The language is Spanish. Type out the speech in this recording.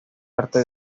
arte